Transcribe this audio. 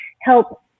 help